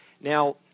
Now